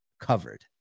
covered